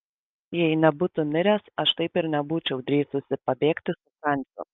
jei nebūtų miręs aš taip ir nebūčiau drįsusi pabėgti su franciu